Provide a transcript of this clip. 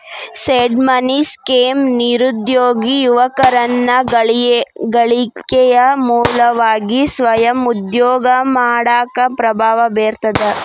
seed money scheme ನಿರುದ್ಯೋಗಿ ಯುವಕರನ್ನ ಗಳಿಕೆಯ ಮೂಲವಾಗಿ ಸ್ವಯಂ ಉದ್ಯೋಗ ಮಾಡಾಕ ಪ್ರಭಾವ ಬೇರ್ತದ